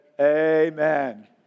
amen